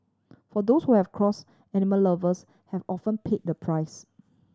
for those who have cross animal lovers have often pay the price